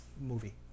movie